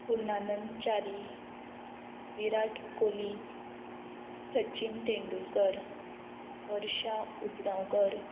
Purnanand Chari Virat Kohli Sachin Tendulkar Varsha Ujgaonkar